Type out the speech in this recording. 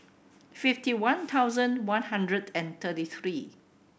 fifty one thousand one hundred and thirty three